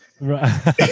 Right